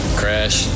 crash